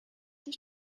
dich